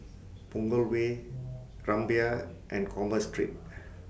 Punggol Way Rumbia and Commerce Street